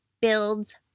builds